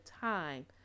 time